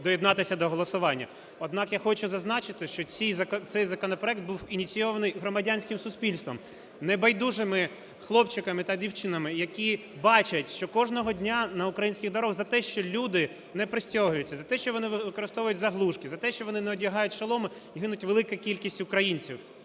доєднатися до голосування. Однак я хочу зазначити, що цей законопроект був ініційований громадянським суспільством – небайдужими хлопчиками та дівчатами, які бачать, що кожного дня на українських дорогах за те, що люди не пристьобуються, за те, що вони не використовують заглушки, за те, що вони не одягають шоломи, гине велика кількість українців,